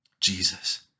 Jesus